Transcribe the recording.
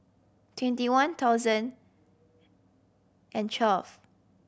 twenty one thousand and twelve